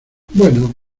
bueno